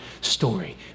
story